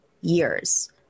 years